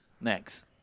Next